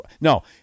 No